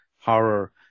horror